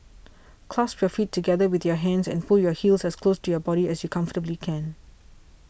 clasp your feet together with your hands and pull your heels as close to your body as you comfortably can